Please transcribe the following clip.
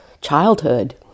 childhood